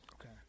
Okay